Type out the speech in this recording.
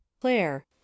Claire